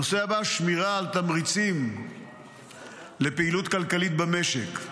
הנושא הבא, שמירה על תמריצים לפעילות כלכלית במשק.